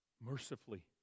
mercifully